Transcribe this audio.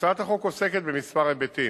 הצעת החוק עוסקת בכמה היבטים: